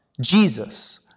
Jesus